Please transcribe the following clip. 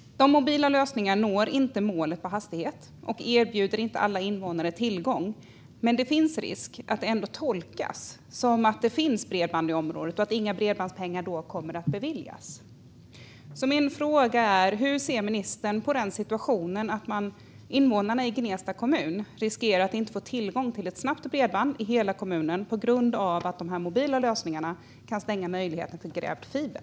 De mobila lösningarna når inte målet när det gäller hastighet och erbjuder inte alla invånare tillgång, men det finns en risk att det ändå tolkas som att det finns bredband i området och att bredbandspengar därför inte kommer att beviljas. Min fråga är: Hur ser ministern på situationen att invånarna i Gnesta kommun riskerar att inte få tillgång till ett snabbt bredband i hela kommunen på grund av att de mobila lösningarna kan stänga möjligheten till grävd fiber?